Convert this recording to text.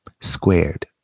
squared